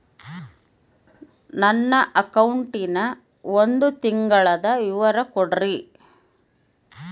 ನನ್ನ ಅಕೌಂಟಿನ ಒಂದು ತಿಂಗಳದ ವಿವರ ಕೊಡ್ರಿ?